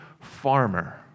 farmer